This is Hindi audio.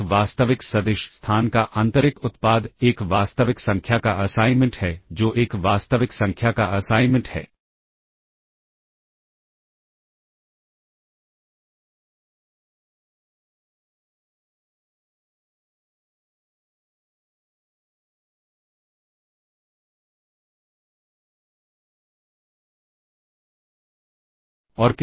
एक वास्तविक सदिश स्थान का आंतरिक उत्पाद एक वास्तविक संख्या का असाइनमेंट है जो एक वास्तविक संख्या का असाइनमेंट है